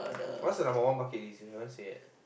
what's your number one bucket list you haven't say yet